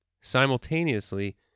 Simultaneously